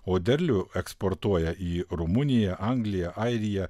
o derlių eksportuoja į rumuniją angliją airiją